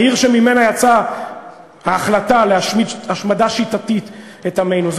העיר שממנה יצאה ההחלטה להשמיד השמדה שיטתית את עמנו.